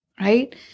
right